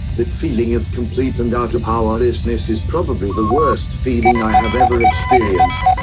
the feeling of complete and utter powerlessness is probably the worst feeling i have ever experienced,